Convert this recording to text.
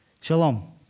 Shalom